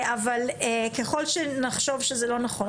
אבל ככל שנחשוב שזה לא נכון,